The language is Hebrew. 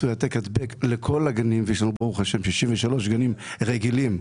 העתק-הדבק לכל הגנים ויש לנו ברוך השם 63 גנים רגילים.